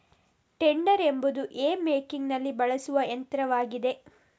tedder ಎಂಬುದು hay ಮೇಕಿಂಗಿನಲ್ಲಿ ಬಳಸುವ ಯಂತ್ರವಾಗಿದೆ